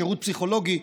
בשירות פסיכולוגי,